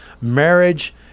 marriage